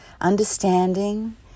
understanding